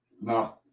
No